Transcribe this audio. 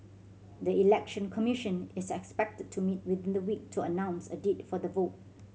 the Election Commission is expected to meet within the week to announce a date for the vote